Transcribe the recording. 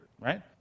right